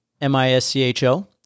M-I-S-C-H-O